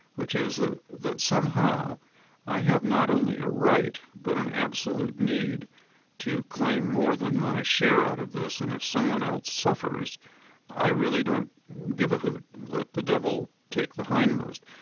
which is ah that somehow i have not only a right, but an absolute need to claim more than my share out of this, and if someone else suffers i really don't give a hoot. let the devil take the hindmost.